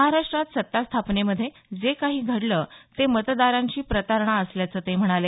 महाराष्ट्रात सत्तास्थापनेमध्ये जे काही घडलं ते मतदारांशी प्रतारणा असल्याचं ते म्हणाले